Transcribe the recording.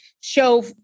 show